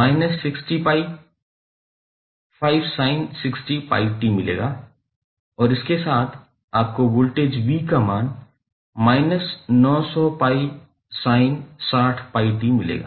−60𝜋5sin60𝜋𝑡 मिलेगा और इसके साथ आपको वोल्टेज v का मान −900𝜋sin60𝜋𝑡 मिलेगा